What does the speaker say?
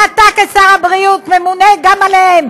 ואתה, כשר הבריאות, ממונה גם עליה.